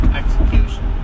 execution